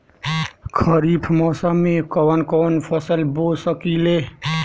खरिफ मौसम में कवन कवन फसल बो सकि ले?